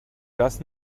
das